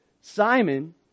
simon